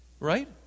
right